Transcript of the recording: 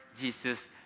Jesus